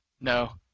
No